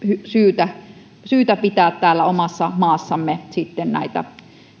syytä syytä pitää täällä omassa maassamme näitä